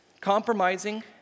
compromising